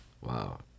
wow